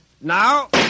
Now